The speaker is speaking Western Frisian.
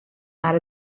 mar